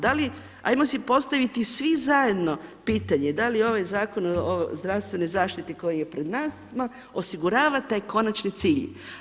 Da li, ajmo si postaviti svi zajedno pitanje, da li ovaj zakon o zdravstvenoj zaštiti koji je pred nama osigurava taj konačni cilj.